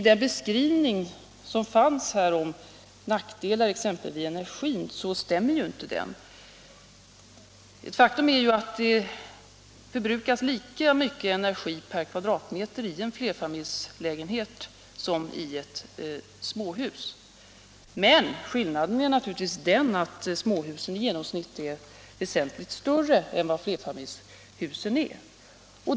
Den beskrivning som lämnats om nackdelar, exempelvis i fråga om energin, stämmer inte. Faktum är att det förbrukas lika mycket energi per kvadratmeter i en lägenhet i ett flerfamiljshus som ett småhus. Skillnaden är naturligtvis att lägenheter i småhusen i genomsnitt är väsentligt större än i flerfamiljshusen.